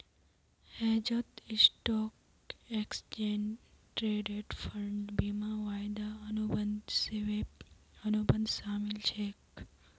हेजत stock, exchange traded fund, बीमा, वायदा अनुबंध, स्वैप, अनुबंध शामिल छेक